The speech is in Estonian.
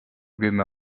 kümme